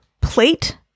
plate